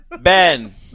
Ben